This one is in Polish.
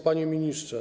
Panie Ministrze!